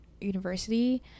university